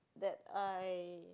that I